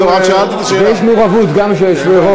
יש מעורבות גם של יושבי-הראש.